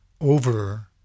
over